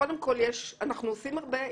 קודם כול, אנחנו עושים הרבה.